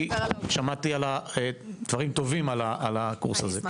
כי שמעתי דברים טובים על הקורס הזה.